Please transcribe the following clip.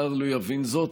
זר לא יבין זאת,